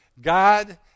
God